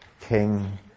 king